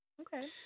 Okay